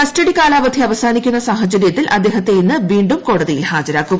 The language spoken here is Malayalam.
കസ്റ്റഡി കാലാവധി അവസാനിക്കുന്ന സാഹചര്യത്തിൽ അദ്ദേഹത്തെ ഇന്ന് വീണ്ടും കോടതിയിൽ ഹാജരാക്കും